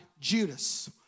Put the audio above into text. Judas